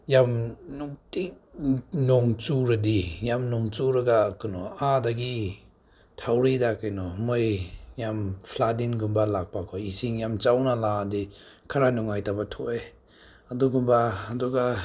ꯌꯥꯝ ꯅꯨꯡꯇꯤ ꯅꯣꯡꯆꯨꯔꯗꯤ ꯌꯥꯝ ꯅꯣꯡꯆꯨꯔꯒ ꯀꯩꯅꯣ ꯑꯥꯗꯒꯤ ꯊꯧꯔꯤꯗ ꯀꯩꯅꯣ ꯃꯣꯏ ꯌꯥꯝ ꯐ꯭ꯂꯠꯗꯤꯡꯒꯨꯝꯕ ꯂꯥꯛꯄꯀꯣ ꯏꯁꯤꯡ ꯌꯥꯝ ꯆꯥꯎꯅ ꯂꯥꯛꯑꯗꯤ ꯈꯔ ꯅꯨꯡꯉꯥꯏꯇꯕ ꯊꯣꯛꯑꯦ ꯑꯗꯨꯒꯨꯝꯕ ꯑꯗꯨꯒ